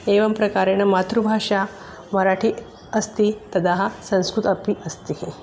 एवं प्रकारेण मातृभाषा मराठी अस्ति तथा संस्कृतम् अपि अस्ति